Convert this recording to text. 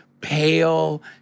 pale